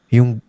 Yung